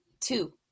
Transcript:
two